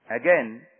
Again